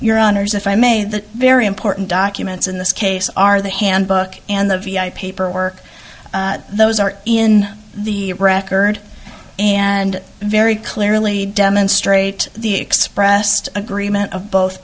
your honour's if i may the very important documents in this case are the handbook and the vi paperwork those are in the record and very clearly demonstrate the expressed agreement of both